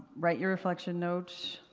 write your reflection note.